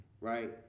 right